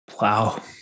Wow